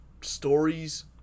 stories